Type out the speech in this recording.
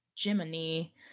Jiminy